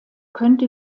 könnte